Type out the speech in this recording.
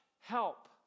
help